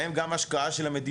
בהן גם השקעה של המדינה.